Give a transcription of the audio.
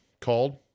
called